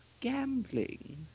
gambling